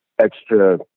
extra